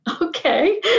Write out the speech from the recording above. okay